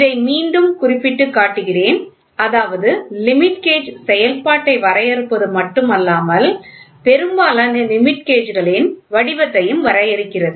இதை மீண்டும் குறிப்பிட்டு காட்டுகிறேன் அதாவது லிமிட் கேஜ் செயல்பாட்டை வரையறுப்பது மட்டுமல்லாமல் பெரும்பாலான லிமிட் கேஜ்களின் வடிவத்தையும் வரையறுக்கிறது